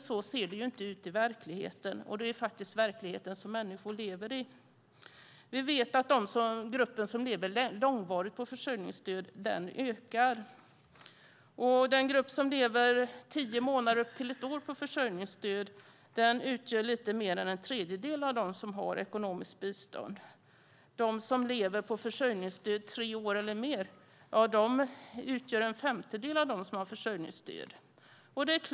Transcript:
Så ser det dock inte ut i verkligheten, och det är faktiskt verkligheten människor lever i. Vi vet att den grupp som lever långvarigt på försörjningsstöd ökar. Den grupp som lever på försörjningsstöd i tio månader och upp till ett år utgör lite mer än en tredjedel av dem som har ekonomiskt bistånd. De som lever på försörjningsstöd i tre år eller mer utgör en femtedel av dem som har försörjningsstöd.